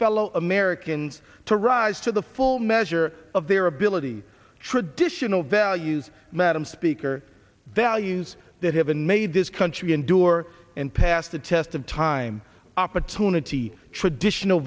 fellow americans to rise to the full measure of their ability traditional values madam speaker values that have been made this country endure and passed the test of time opportunity traditional